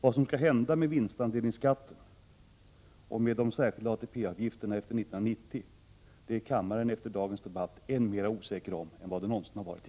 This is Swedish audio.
Vad som skall hända med vinstandelsskatten och med de särskilda ATP-avgifterna efter 1990 är kammaren efter dagens debatt än mer osäker om än vad den någonsin har varit.